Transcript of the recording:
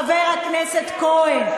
חבר הכנסת כהן.